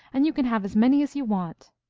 and you can have as many as you want.